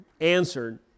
answered